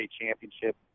Championship